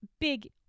big